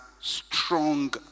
strong